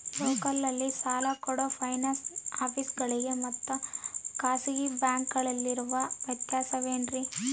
ಲೋಕಲ್ನಲ್ಲಿ ಸಾಲ ಕೊಡೋ ಫೈನಾನ್ಸ್ ಆಫೇಸುಗಳಿಗೆ ಮತ್ತಾ ಖಾಸಗಿ ಬ್ಯಾಂಕುಗಳಿಗೆ ಇರೋ ವ್ಯತ್ಯಾಸವೇನ್ರಿ?